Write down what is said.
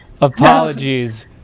apologies